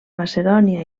macedònia